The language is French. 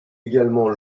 également